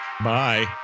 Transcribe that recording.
Bye